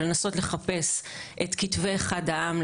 ולנסות לחפש את כתבי אחד העם,